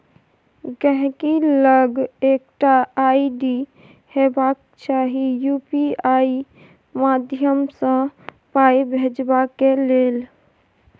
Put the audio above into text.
गांहिकी लग एकटा आइ.डी हेबाक चाही यु.पी.आइ माध्यमसँ पाइ भेजबाक लेल